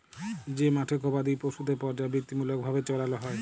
যে মাঠে গবাদি পশুদের পর্যাবৃত্তিমূলক ভাবে চরাল হ্যয়